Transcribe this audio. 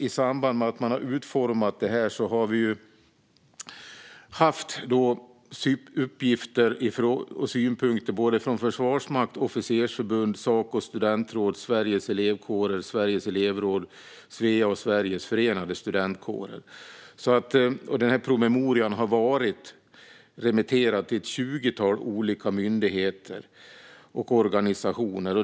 I samband med att detta utformades har vi haft uppgifter och synpunkter från Försvarsmakten, Officersförbundet, Saco studentråd, Sveriges Elevkårer, Sveriges Elevråd - Svea och Sveriges förenade studentkårer. Promemorian har varit remitterad till ett tjugotal olika myndigheter och organisationer.